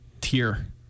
tier